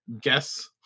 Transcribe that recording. Guess